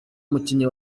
umukinnyi